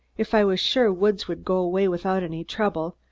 if i was sure woods would go away without any trouble,